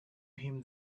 him